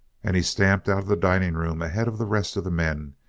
and he stamped out of the dining-room ahead of the rest of the men,